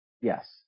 Yes